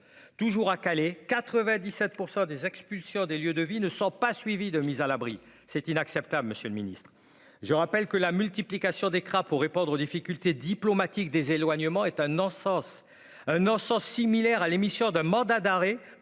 toujours à Calais 97 % des expulsions des lieux de vie ne sont pas suivies de mise à l'abri, c'est inacceptable, Monsieur le Ministre, je rappelle que la multiplication des crapauds répondre aux difficultés diplomatiques des éloignements est un encens non sans similaires à l'émission d'un mandat d'arrêt